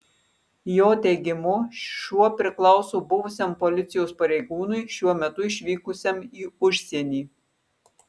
jo teigimu šuo priklauso buvusiam policijos pareigūnui šiuo metu išvykusiam į užsienį